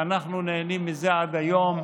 ואנחנו נהנים מזה עד היום,